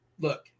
look